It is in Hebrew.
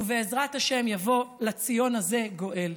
ובעזרת השם יבוא לציון הזה גואל.